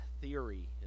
theory